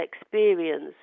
experience